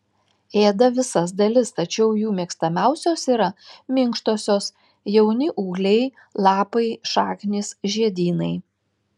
ėda visas dalis tačiau jų mėgstamiausios yra minkštosios jauni ūgliai lapai šaknys žiedynai